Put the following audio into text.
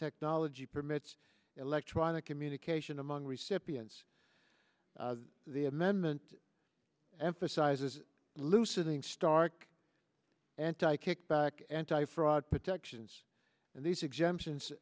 technology permits electronic communication among recipients the amendment emphasizes loosening stark anti kickback anti fraud protections and these